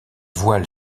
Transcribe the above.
voile